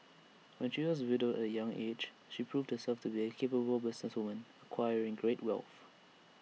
when she was widowed at A young aged she proved herself to be A capable businesswoman acquiring great wealth